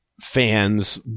fans